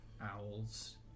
owls